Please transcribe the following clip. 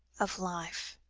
of life.